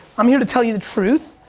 i'm here to tell you the truth.